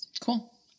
Cool